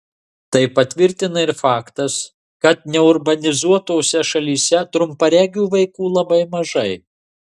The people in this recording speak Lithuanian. tai patvirtina ir faktas kad neurbanizuotose šalyse trumparegių vaikų labai mažai